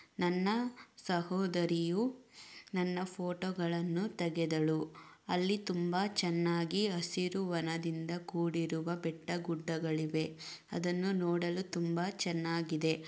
ನನ್ನ ಸಹೋದರಿಯು ನನ್ನ ಫೋಟೋಗಳನ್ನು ತಗೆದಳು ಅಲ್ಲಿ ತುಂಬಾ ಚೆನ್ನಾಗಿ ಹಸಿರು ವನದಿಂದ ಕೂಡಿರುವ ಬೆಟ್ಟ ಗುಡ್ಡಗಳಿವೆ ಅದನ್ನು ನೋಡಲು ತುಂಬಾ ಚೆನ್ನಾಗಿದೆ